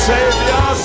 Savior